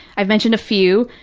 i've mentioned a few,